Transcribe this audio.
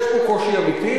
יש פה קושי אמיתי,